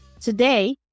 Today